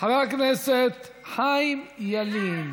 חבר הכנסת חיים ילין.